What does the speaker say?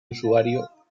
usuario